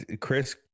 Chris